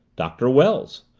doctor wells,